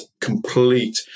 complete